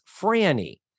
Franny